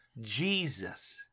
Jesus